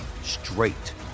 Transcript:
straight